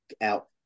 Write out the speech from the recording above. out